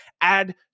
add